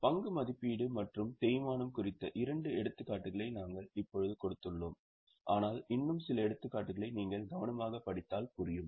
பங்கு மதிப்பீடு மற்றும் தேய்மானம் குறித்த இரண்டு எடுத்துக்காட்டுகளை நாங்கள் இப்போது கொடுத்துள்ளோம் ஆனால் இன்னும் சில எடுத்துக்காட்டுகளை நீங்கள் கவனமாகப் படித்தால் புரியும்